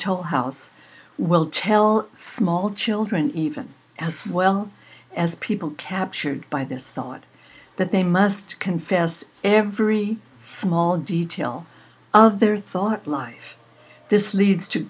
toll house will tell small children even as well as people captured by this thought that they must confess every small detail of their thought life this leads to